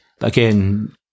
again